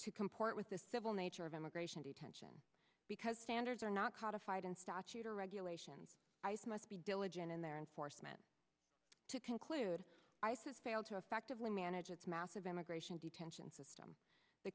to comport with the civil nature of immigration detention because standards are not codified in statute or regulation ice must be diligent in their enforcement to conclude isis failed to effectively manage its massive immigration detention system the